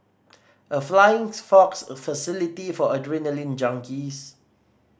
a flying fox facility for adrenaline junkies